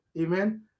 Amen